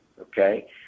okay